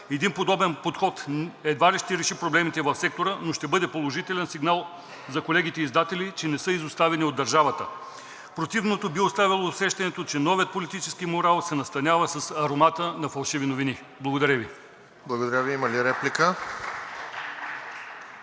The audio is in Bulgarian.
Един подобен подход едва ли ще реши проблемите в сектора, но ще бъде положителен сигнал за колегите издатели, че не са изоставени от държавата. Противното би оставило усещането, че новият политически морал се настанява с аромата на фалшиви новини. Благодаря Ви. (Ръкопляскания